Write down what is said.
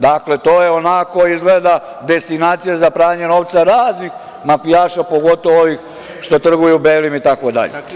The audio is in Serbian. Dakle, to je onako, izgleda, destinacija za pranje novca raznih mafijaša, pogotovo onih što trguju belim, itd.